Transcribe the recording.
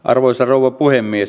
arvoisa rouva puhemies